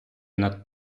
над